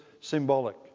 symbolic